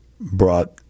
brought